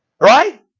Right